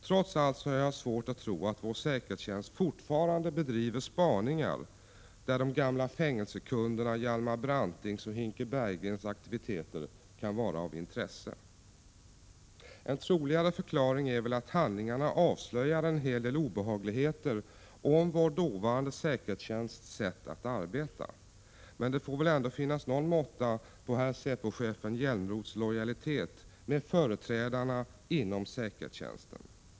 Trots allt har jag svårt att tro att vår säkerhetstjänst fortfarande bedriver spaningar där de gamla fängelsekunderna Hjalmar Brantings och Hinke Bergegrens aktiviteter kan vara av intresse. En troligare förklaring är att handlingarna avslöjar en hel del obehagligheter om vår dåvarande säkerhetstjänsts sätt att arbeta. Men det får väl ändå finnas någon måtta på herr säpochefen Hjälmroths lojalitet med sina företrädare inom säkerhetstjänsten.